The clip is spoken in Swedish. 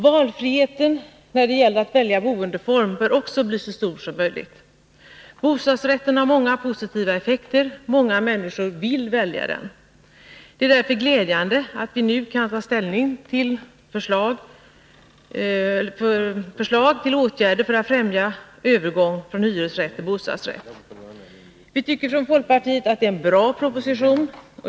Valfriheten när det gäller att välja boendeform bör också bli så stor som möjligt. Bostadsrätten har många positiva effekter. Många människor vill välja den, och det är därför glädjande att vi nu kan ta ställning till förslag till åtgärder för att främja övergång från hyresrätt till bostadsrätt. Vi tycker från folkpartiet att det är en bra proposition.